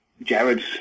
Jared's